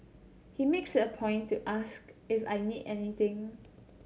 he makes a point to ask if I need anything